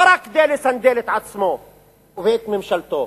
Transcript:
לא רק כדי לסנדל את עצמו ואת ממשלתו,